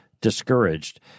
discouraged